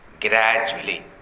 gradually